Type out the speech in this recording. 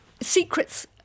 secrets